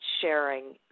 sharing